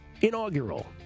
inaugural